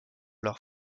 leur